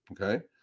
okay